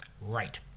Right